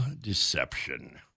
deception